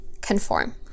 conform